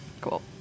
Cool